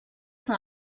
sont